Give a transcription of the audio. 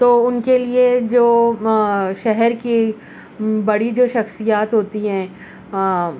تو ان کے لیے جو شہر کی بڑی جو شخصیات ہوتی ہیں